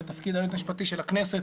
ותפקיד היועץ המשפטי של הכנסת